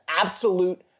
Absolute